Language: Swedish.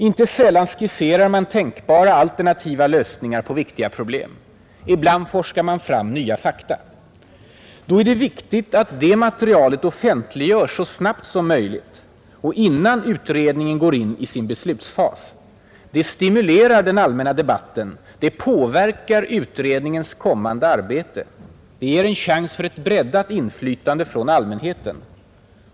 Inte sällan skisserar man tänkbara alternativa lösningar på viktiga problem. Ibland forskar man fram nya fakta. Då är det viktigt att det materialet offentliggörs så snabbt som möjligt och innan utredningen går in i sin beslutsfas. Det stimulerar den allmänna debatten. Det påverkar utredningens kommande arbete. Det ger en chans för ett breddat inflytande från allmänheten.